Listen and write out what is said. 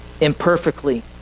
Imperfectly